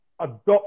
adopt